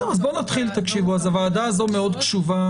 הוועדה הזאת מאוד קשובה